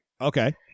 Okay